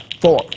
four